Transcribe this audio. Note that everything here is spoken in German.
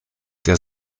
der